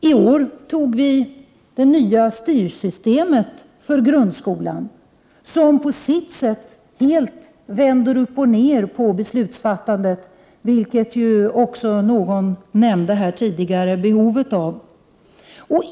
I år fattade vi beslut om det nya styrsystemet för grundskolan, som på sitt sätt helt vänder upp och ned på beslutsfattandet — det var någon som tidigare nämnde behovet av det.